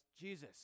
Jesus